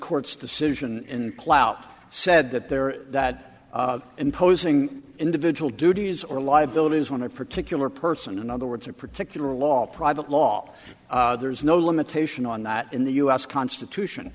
court's decision in clout said that there that imposing individual duties or liabilities want a particular person in other words a particular law private law there is no limitation on that in the u s constitution